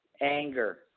anger